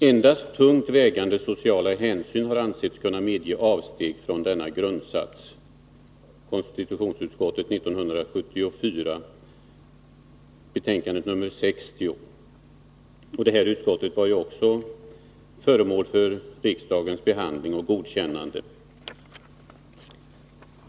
”Endast tungt vägande sociala hänsyn har ansetts kunna medge avsteg från denna grundsats” .” Betänkandet var också föremål för riksdagens behandling och godkändes.